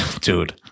Dude